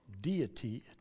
Deity